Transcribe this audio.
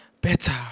better